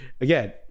again